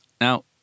Now